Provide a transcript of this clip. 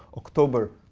october,